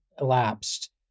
elapsed